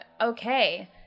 Okay